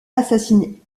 assassiner